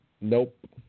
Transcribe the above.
Nope